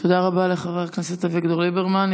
תודה רבה לחבר הכנסת אביגדור ליברמן.